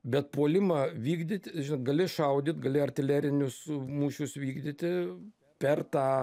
bet puolimą vykdyti gali šaudyt gali artilerinius mūšius vykdyti per tą